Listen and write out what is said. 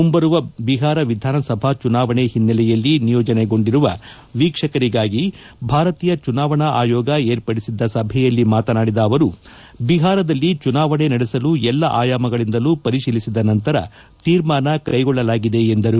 ಮುಂಬರುವ ಬಿಹಾರ ವಿಧಾನಸಭಾ ಚುನಾವಣೆ ಹಿನ್ನೆಲೆಯಲ್ಲಿ ನಿಯೋಜನೆಗೊಂಡಿರುವ ವೀಕ್ಷಕರಿಗಾಗಿ ಭಾರತೀಯ ಚುನಾವಣಾ ಆಯೋಗ ಏರ್ಪಡಿಸಿದ್ದ ಸಭೆಯಲ್ಲಿ ಮಾತನಾಡಿದ ಅವರು ಬಿಹಾರದಲ್ಲಿ ಚುನಾವಣೆ ನಡೆಸಲು ಎಲ್ಲಾ ಅಯಾಮಗಳಿಂದಲೂ ಪರಿಶೀಲಿಸಿದ ನಂತರ ತೀರ್ಮಾನ ಕೈಗೊಳ್ಳಲಾಗಿದೆ ಎಂದರು